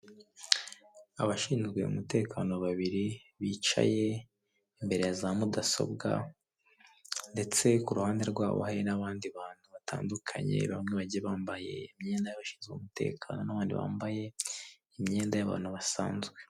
Abashinzwe umutekano babiri bicaye imbere ya za mudasobwa ndetse ku ruhande rwabo hari n'abandi bantu batandukanye, bamwe bagiye bambaye imyenda y'abashinzwe umutekano n'abandi bambaye imyenda y'abantu basanzwe.